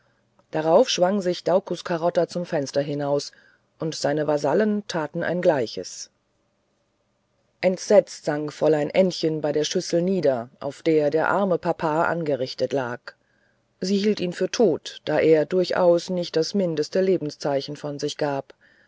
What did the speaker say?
dann schwang sich daucus carota zum fenster hinaus und seine vasallen taten ein gleiches entsetzt sank fräulein ännchen bei der schüssel nieder auf der der arme papa angerichtet lag sie hielt ihn für tot da er durchaus nicht das mindeste lebenszeichen von sich gab